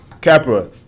Capra